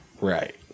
Right